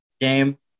game